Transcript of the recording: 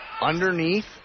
Underneath